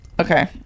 Okay